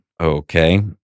okay